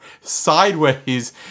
sideways